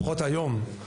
לפחות היום,